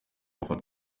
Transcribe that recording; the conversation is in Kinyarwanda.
bafata